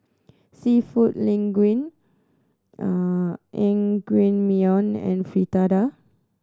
Seafood Linguine Naengmyeon and Fritada